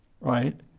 right